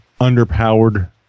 underpowered